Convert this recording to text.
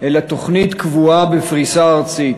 אלא תוכנית קבועה בפריסה ארצית.